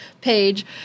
page